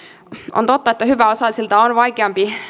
on totta että hyväosaisilta on vaikeampi